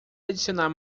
adicionar